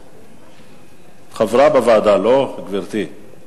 את חברה בוועדה, לא, גברתי?